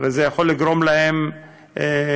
הרי זה יכול לגרום להן להתמוטטות.